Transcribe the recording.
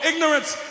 Ignorance